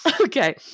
Okay